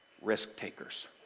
risk-takers